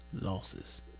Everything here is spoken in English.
losses